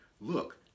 Look